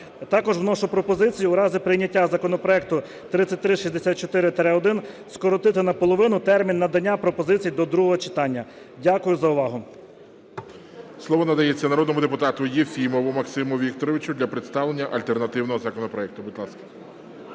також вношу пропозицію в разі прийняття законопроекту 3364-1 скоротити наполовину термін надання пропозицій до другого читання. Дякую за увагу.